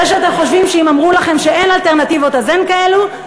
זה שאתם חושבים שאם אמרו לכם שאין אלטרנטיבות אז אין כאלה,